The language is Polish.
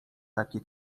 takie